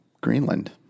greenland